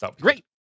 great